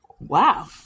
Wow